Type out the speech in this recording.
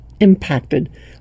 impacted